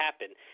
happen